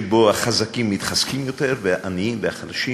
שבו החזקים מתחזקים יותר והעניים והחלשים